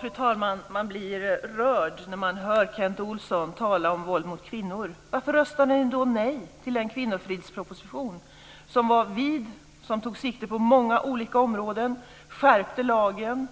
Fru talman! Man blir rörd när man hör Kent Olsson tala om våld mot kvinnor. Varför röstade ni då nej till en kvinnofridsproposition? Den var vid, och den tog sikte på många olika områden. Den skärpte lagen